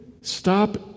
stop